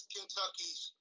Kentucky's